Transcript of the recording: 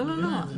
לא, לא.